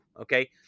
Okay